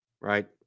right